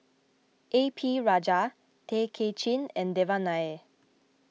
A P Rajah Tay Kay Chin and Devan Nair